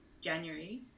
january